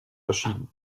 verschieden